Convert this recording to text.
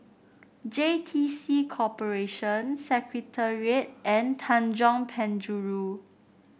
J T C Corporation Secretariat and Tanjong Penjuru